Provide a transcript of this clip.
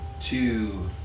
two